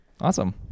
Awesome